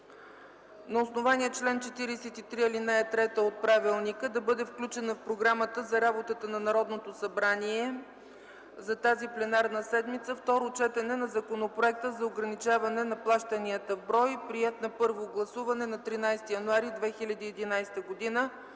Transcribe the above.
на основание чл. 43, ал. 3 от Правилника да бъде включено в Програмата за работата на Народното събрание за тази пленарна седмица второто четене на Законопроекта за ограничаване на плащанията в брой, приет на първо гласуване на 13 януари 2011 г.